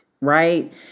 right